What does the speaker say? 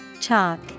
Chalk